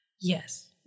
Yes